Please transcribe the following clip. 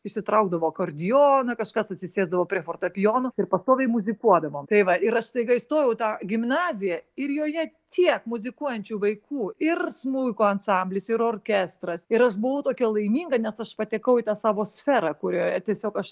išsitraukdavo akordeoną kažkas atsisėsdavo prie fortepijono ir pastoviai muzikuodavom tai va ir aš staiga įstojau į tą gimnaziją ir joje tiek muzikuojančių vaikų ir smuiko ansamblis ir orkestras ir aš buvau tokia laiminga nes aš patekau į tą savo sferą kurioje tiesiog aš